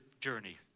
journey